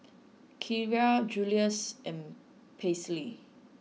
Kierra Julius and Paisley